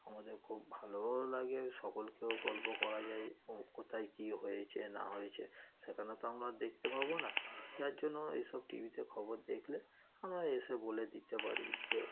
আমাদের খুব ভালোও লাগে সকলকেও গল্প করা যায় অমুক কোথায় কী হয়েছে না হয়েছে সেখানে তো আমরা দেখতে পাব না যার জন্য এইসব টি ভিতে খবর দেখলে আমরা এসে বলে দিতে পারি যে